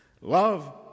Love